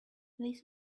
this